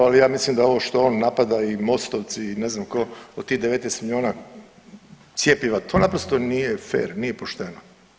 Ali ja mislim da ovo što on napada i MOST-ovci i ne znam tko od tih 19 milijuna cjepiva to naprosto nije fer, nije pošteno.